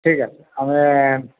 ঠিক আছে আমি